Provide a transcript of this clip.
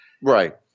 Right